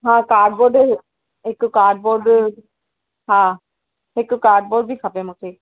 हा कार्डबोर्ड हिकु कार्डबोर्ड हा हिकु कार्डबोर्ड बि खपे मूंखे